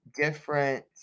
different